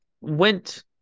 went